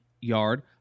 yard